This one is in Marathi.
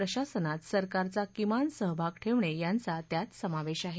प्रशासनात सरकारचा किमान सहभाग ठेवणं यांचा त्यात समावेश आहे